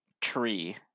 tree